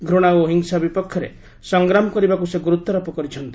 ଘୂଣା ଓ ହିଂସା ବିପକ୍ଷରେ ସଂଗ୍ରାମ କରିବାକୁ ସେ ଗୁରୁତ୍ୱାରୋପ କରିଛନ୍ତି